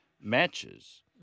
matches